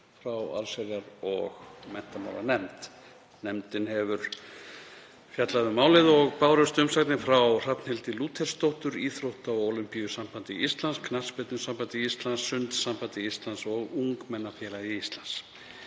frá allsherjar- og menntamálanefnd. „Nefndin hefur fjallað um málið og bárust umsagnir frá Hrafnhildi Lúthersdóttur, Íþrótta- og Ólympíusambandi Íslands, Knattspyrnusambandi Íslands, Sundsambandi Íslands og Ungmennafélagi Íslands.